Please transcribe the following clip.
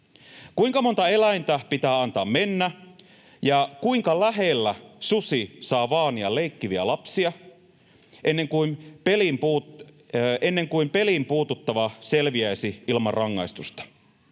Kuinka monen eläimen pitää antaa mennä ja kuinka lähellä leikkiviä lapsia susi saa vaania ennen kuin peliin puuttuva selviäisi ilman rangaistusta?